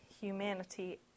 humanity